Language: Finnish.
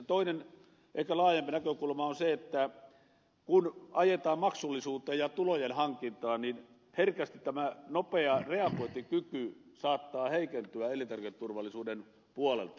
toinen ehkä laajempi näkökulma on se että kun ajetaan maksullisuutta ja tulojen hankintaa niin herkästi tämä nopea reagointikyky saattaa heikentyä elintarviketurvallisuuden puolelta